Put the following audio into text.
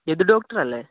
Yadu doctor അല്ലേ